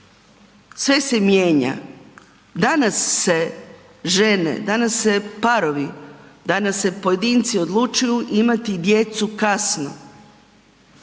sve se mijenja. Danas se žene, danas se parovi, danas se pojedinci odlučuju imati djecu kasno.